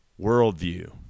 worldview